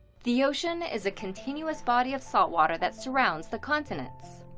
the ocean is a continuous body of salt water that surrounds the continents.